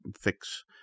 fix